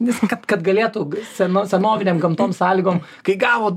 nes kad kad galėtų seno senovinėm gamtom sąlygom kai gavo